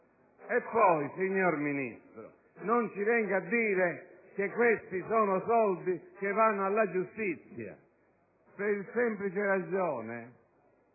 E poi, signor Ministro, non ci venga a dire che si tratta di soldi che vanno alla giustizia, per la semplice ragione